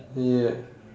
ya